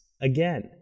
Again